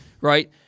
Right